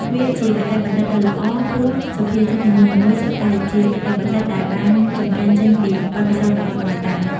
វាជាគតិបណ្ឌិតដ៏ល្អ ព្រោះសុភាសិតនីមួយៗសុទ្ធតែជាគតិបណ្ឌិត ដែលបានចម្រាញ់ចេញពីបទពិសោធន៍របស់ដូនតា។